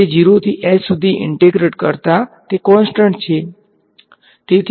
તે 0 થી h સુધી ઈંટેગ્રેટ કરતા તે કોંસ્ટટંટ છે